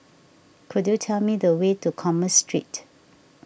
could you tell me the way to Commerce Street